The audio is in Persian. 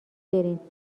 برین